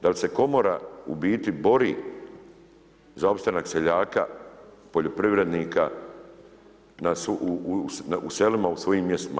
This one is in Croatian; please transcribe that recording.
Da li se komora u biti bori za opstanak seljaka, poljoprivrednika u selima, u svojim mjestima?